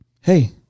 Hey